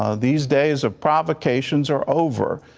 ah these days of provocations are over.